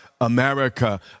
America